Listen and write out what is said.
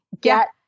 get